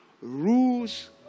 rules